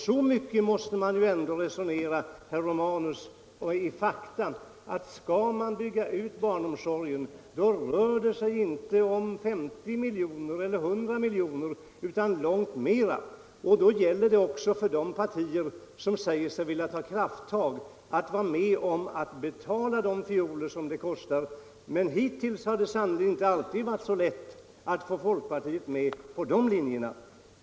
Så mycket måste man ju ändå resonera i fakta, herr Romanus, att skall man bygga ut barnomsorgen, då rör det sig inte om 50 milj. eller 100 milj.kr. utan långt mera. Då gäller det också för de partier som säger sig vilja ta krafttag att vara med om att betala de fioler som det kostar. Men hittills har det sannerligen inte alltid varit så lätt att få folkparitet med på de linjerna.